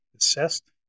assessed